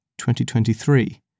2023